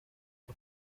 uko